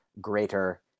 greater